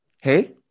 Hey